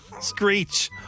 Screech